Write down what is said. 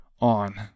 on